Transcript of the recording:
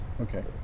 Okay